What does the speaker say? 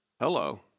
Hello